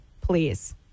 please